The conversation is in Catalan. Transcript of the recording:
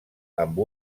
amb